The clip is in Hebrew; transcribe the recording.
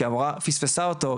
כי המורה פספסה אותו,